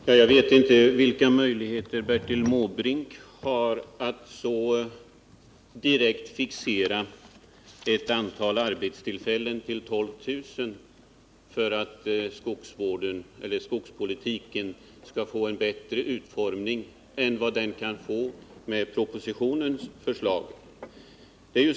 Herr talman! Jag vet inte vad som ligger bakom Bertil Måbrinks bestämt fixerade angivande av just 12000 nya arbetstillfällen för att få en bättre utformning av skogspolitiken än vad propositionens förslag innebär.